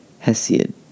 Hesiod